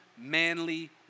Manly